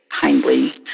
kindly